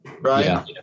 right